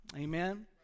Amen